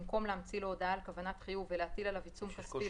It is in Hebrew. במקום להמציא לו הודעה על כוונת חיוב ולהטיל עליו עיצום כספי,